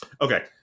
Okay